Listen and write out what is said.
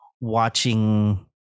watching